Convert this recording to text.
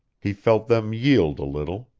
he felt them yield a little,